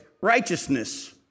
righteousness